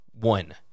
one